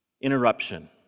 interruption